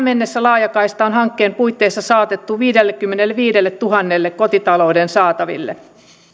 mennessä laajakaista on hankkeen puitteissa saatettu viidenkymmenenviidentuhannen kotitalouden saataville